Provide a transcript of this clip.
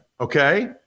Okay